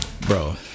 Bro